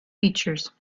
features